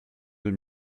deux